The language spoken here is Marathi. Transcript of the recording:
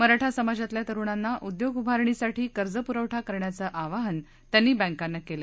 मराठा समाजातल्या तरुणांना उद्योग उभारणीसाठी कर्जप्रवठा करण्याचं आवाहन त्यांनी बँकांना केलं